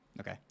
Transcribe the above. Okay